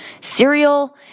Cereal